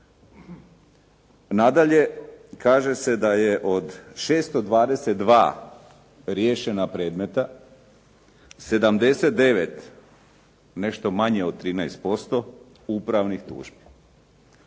Nadalje, kaže se da je od 622 riješena predmeta 79, nešto manje od 13% upravnih tužbi.